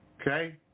Okay